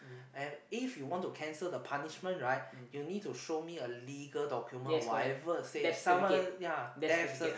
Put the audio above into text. and if you want to cancel the punishment right you need to show me a legal document or whatever say some other ya death cert